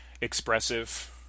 expressive